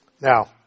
Now